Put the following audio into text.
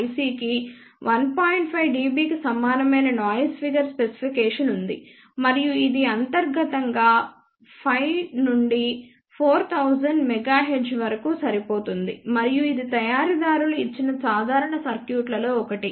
5 dB కి సమానమైన noise figure specification ఉంది మరియు ఇది అంతర్గతంగా 5 నుండి 4000 మెగాహెర్ట్జ్ వరకు సరిపోతుంది మరియు ఇది తయారీదారులు ఇచ్చిన సాధారణ సర్క్యూట్లలో ఒకటి